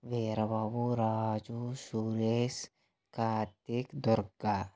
Veerababu Raju Suresh Karthik Durga